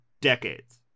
decades